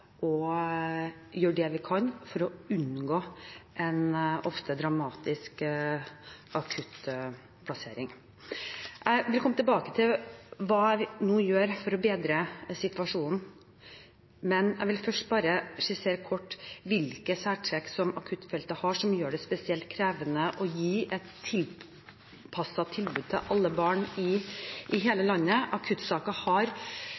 og prøver å gjøre det vi kan for å unngå en ofte dramatisk akuttplassering. Jeg vil komme tilbake til hva vi nå gjør for å bedre situasjonen. Jeg vil først skissere kort hvilke særtrekk akuttfeltet har, som gjør det spesielt krevende å gi et tilpasset tilbud til alle barn i hele landet. Akuttsaker har